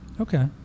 Okay